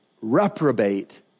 reprobate